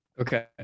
Okay